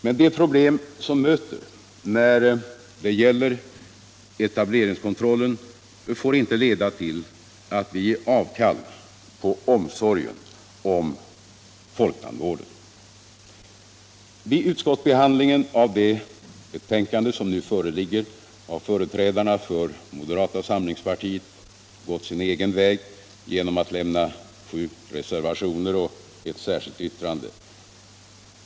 Men de problem som möter när det gäller etableringskontrollen får inte leda till att vi ger avkall på omsorgen om folktandvården. Vid utskottsbehandlingen av det betänkande som nu föreligger har företrädarna för moderata samlingspartiet gått sin egen väg genom att lämna sju reservationer och ett särskilt yttrande.